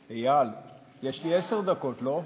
איל, יש לי עשר דקות, לא?